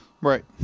Right